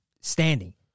standing